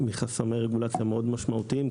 מחסמי רגולציה מאוד משמעותיים.